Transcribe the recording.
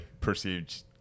perceived